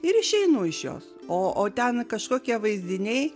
ir išeinu iš jos o o ten kažkokie vaizdiniai